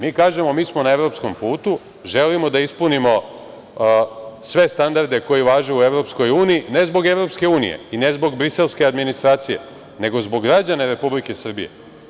Mi kažemo - mi smo na evropskom putu, želimo da ispunimo sve standarde koje važe u EU, ne zbog EU i ne zbog briselske administracije, nego zbog građana Republike Srbije.